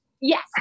Yes